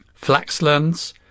Flaxlands